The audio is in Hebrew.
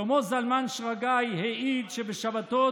שלמה זלמן שרגאי העיד שבשבתות